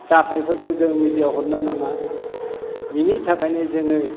जाथायफोरखौ जोङो मिडियायाव हरनो नाङा बेनिथाखायनो जोङो